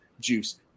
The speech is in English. Juice